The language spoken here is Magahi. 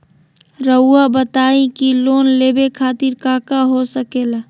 रउआ बताई की लोन लेवे खातिर काका हो सके ला?